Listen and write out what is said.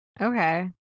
Okay